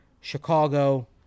Chicago